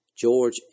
George